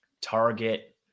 Target